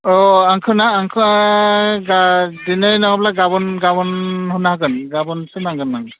अ आंखो ना आंखो दिनै नङाब्ला गाबोन होनो हागोन गाबोनसो नांगोन माने